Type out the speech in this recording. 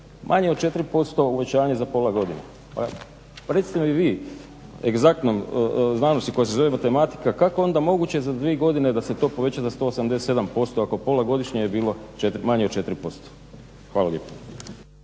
manje od 4% uvećanje za pola godine. Pa recite mi vi egzaktno o znanosti koja se zove matematika, kako je onda moguće za dvije godine da se to poveća za 187%, ako pola godišnje je bilo manje od 4%? Hvala lijepo.